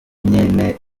nyene